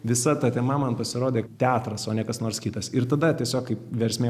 visa ta tema man pasirodė teatras o ne kas nors kitas ir tada tiesiog kaip versmė